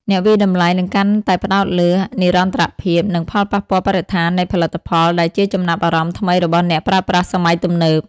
អ្នកវាយតម្លៃនឹងកាន់តែផ្តោតលើ "និរន្តរភាព" និង "ផលប៉ះពាល់បរិស្ថាន" នៃផលិតផល ដែលជាចំណាប់អារម្មណ៍ថ្មីរបស់អ្នកប្រើប្រាស់សម័យទំនើប។